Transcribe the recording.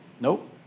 nope